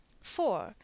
Four